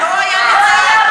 לא היה מצעד,